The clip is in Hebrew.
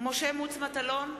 משה מטלון,